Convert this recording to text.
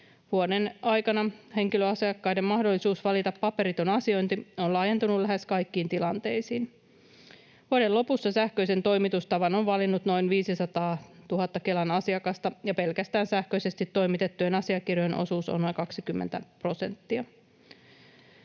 Vuoden aikana henkilöasiakkaiden mahdollisuus valita paperiton asiointi on laajentunut lähes kaikkiin tilanteisiin. Vuoden lopussa sähköisen toimitustavan on valinnut noin 500 000 Kelan asiakasta, ja pelkästään sähköisesti toimitettujen asiakirjojen osuus on noin 20 prosenttia.